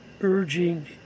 urging